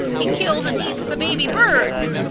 he kills and eats the baby birds.